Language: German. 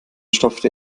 stopfte